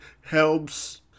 helps